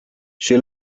she